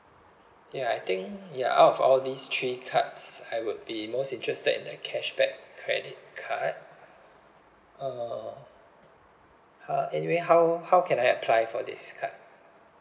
ya I think ya out of all these three cards I would be most interested in the cashback credit card uh uh anyway how how can I apply for this card